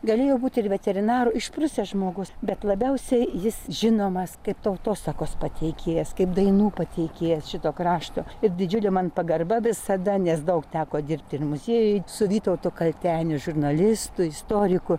galėjo būti ir veterinaru išprusęs žmogus bet labiausiai jis žinomas kaip tautosakos pateikėjas kaip dainų pateikėjas šito krašto ir didžiulė man pagarba visada nes daug teko dirbti ir muziejuj su vytautu kalteniu žurnalistu istoriku